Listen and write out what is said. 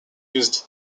used